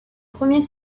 premier